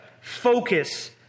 focus